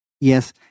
Yes